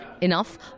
enough